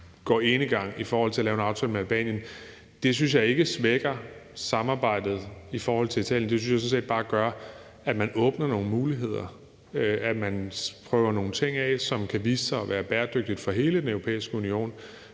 går enegang i forhold til at lave en aftale med Albanien, synes jeg ikke svækker samarbejdet i forhold til Italien. Det synes jeg sådan set bare gør, at man åbner nogle muligheder, at man prøver nogle ting af, som kan vise sig at være bæredygtigtfor hele Den Europæiske Union.